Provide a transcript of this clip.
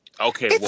Okay